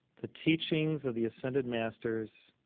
the teachings of the ascended masters?